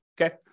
Okay